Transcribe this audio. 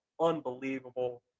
unbelievable